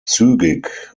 zügig